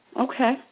Okay